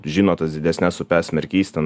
žino tas didesnes upes merkys ten